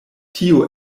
tio